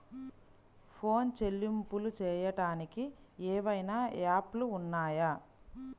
Phone చెల్లింపులు చెయ్యటానికి ఏవైనా యాప్లు ఉన్నాయా?